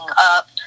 up